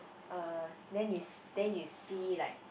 uh then you see then you see like